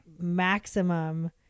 maximum